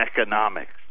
economics